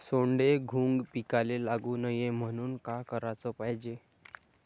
सोंडे, घुंग पिकाले लागू नये म्हनून का कराच पायजे?